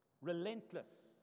relentless